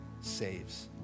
saves